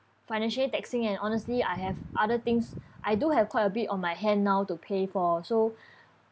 financially taxing and honestly I have other things I do have quite a bit on my hand now to pay for so